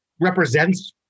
represents